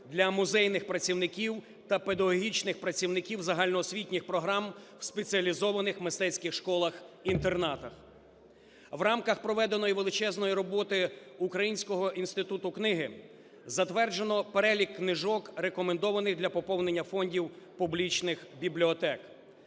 для музейних працівників та педагогічних працівників загальноосвітніх програм в спеціалізованих мистецьких школах-інтернатах. В рамках проведеної величезної роботи Українського інституту книги, затверджено перелік книжок, рекомендованих для поповнення фондів публічних бібліотек.